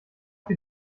für